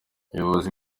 ubuyobozi